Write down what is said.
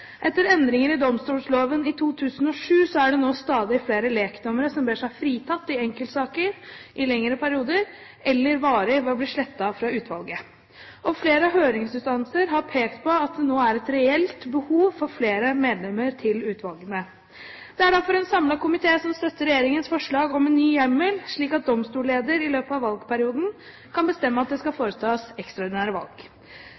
Etter endringer i domstolloven i 2007 er det nå stadig flere lekdommere som ber seg fritatt i enkeltsaker, i lengre perioder eller varig ved å bli slettet fra utvalget. Flere av høringsinstansene har pekt på at det nå er et reelt behov for flere medlemmer til utvalgene. Det er derfor en samlet komité som støtter regjeringens forslag om en ny hjemmel, slik at domstolleder i løpet av valgperioden kan bestemme at det skal